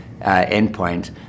endpoint